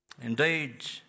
Indeed